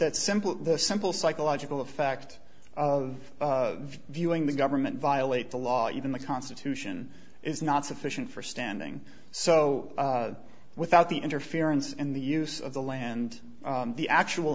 that's simple the simple psychological effect of viewing the government violate the law even the constitution is not sufficient for standing so without the interference and the use of the land the actual